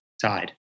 Tied